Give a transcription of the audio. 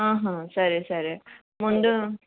ఆహా సరే సరే ముందు